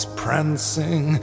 prancing